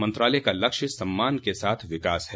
मंत्रालय का लक्ष्य सम्मान के साथ विकास है